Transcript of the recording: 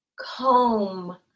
comb